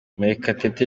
murekatete